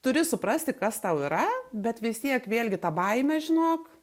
turi suprasti kas tau yra bet vistiek vėlgi ta baimė žinok